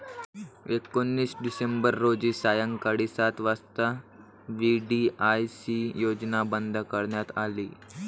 एकोणीस डिसेंबर रोजी सायंकाळी सात वाजता व्ही.डी.आय.सी योजना बंद करण्यात आली